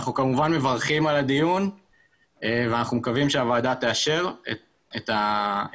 אנחנו כמובן מברכים על הדיון ואנחנו מקווים שהוועדה תאשר את הבקשה.